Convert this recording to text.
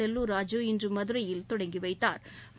செல்லூர் ராஜூ இன்று மதுரையில் தொடங்கி வைத்தாா்